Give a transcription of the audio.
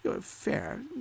fair